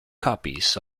copies